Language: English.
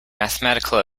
mathematical